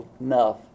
enough